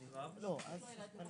מה שאורלי ניסתה להגיד,